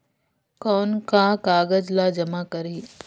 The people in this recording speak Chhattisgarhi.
कौन का कागज ला जमा करी?